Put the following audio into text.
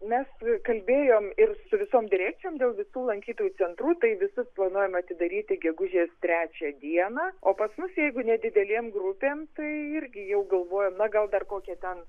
mes kalbėjom ir su visom direkcijom dėl visų lankytojų centrų tai visus planuojama atidaryti gegužės trečią dieną o pas mus jeigu nedidelėm grupėm tai irgi jau galvojom na gal dar kokią ten